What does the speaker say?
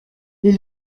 les